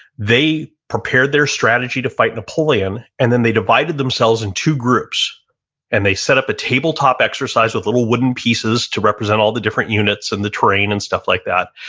they prepared their strategy to fight napoleon and then they divided themselves in two groups and they set up a tabletop exercise with little wooden pieces to represent all the different units and the terrain and stuff like that.